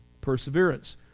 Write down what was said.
perseverance